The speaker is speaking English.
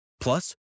Plus